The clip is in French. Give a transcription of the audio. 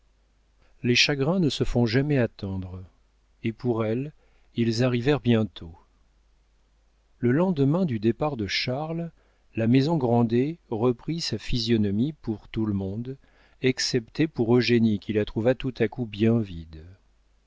les chagrins ne se font jamais attendre et pour elle ils arrivèrent bientôt le lendemain du départ de charles la maison grandet reprit sa physionomie pour tout le monde excepté pour eugénie qui la trouva tout à coup bien vide